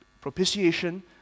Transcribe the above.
Propitiation